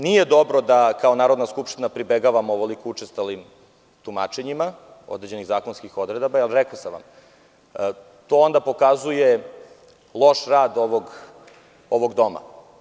Nije dobro da, kao Narodna skupština pribegavamo ovoliko učestalim tumačenjima određenih zakonskih odredaba, rekao sam vam, to onda pokazuje loš rad ovog doma.